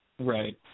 Right